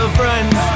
friends